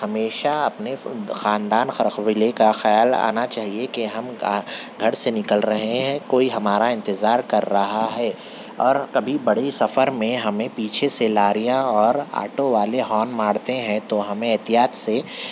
ہمیشہ اپنے خاندان ہر قبیلے کا خیال آنا چاہیے کہ ہم گا گھر سے نکل رہے ہیں کوئی ہمارا اِنتظار کر رہا ہے اور کبھی بڑی سفر میں ہمیں پیچھے سے لاریاں اور آٹو والے ہارن مارتے ہیں تو ہمیں احتیاط سے